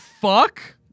Fuck